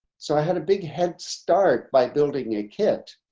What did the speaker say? so i had a big head start by building a kit.